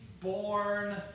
born